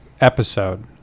episode